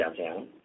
downtown